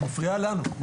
את מפריעה לנו.